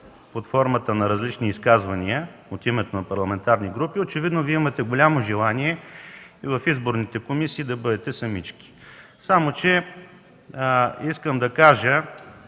под формата на различни изказвания от името на парламентарни групи, очевидно Вие имате голямо желание и в изборните комисии да бъдете самички. Само че искам да кажа